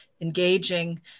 engaging